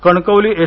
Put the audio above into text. Kankavli S